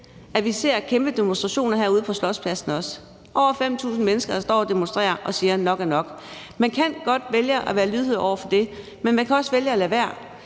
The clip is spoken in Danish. at vi ser kæmpe demonstrationer herude på Slotspladsen – over 5.000 mennesker, der står og demonstrerer og siger, at nok er nok. Man kan godt vælge at være lydhør over for det, men man kan også vælge at lade være.